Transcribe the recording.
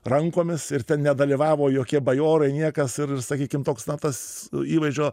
rankomis ir ten nedalyvavo jokie bajorai niekas ir sakykim toks na tas įvaizdžio